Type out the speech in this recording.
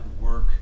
work